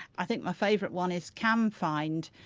i think my favourite one is cam find.